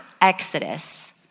exodus